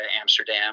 Amsterdam